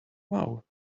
wow